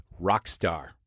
rockstar